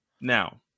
Now